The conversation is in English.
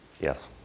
Yes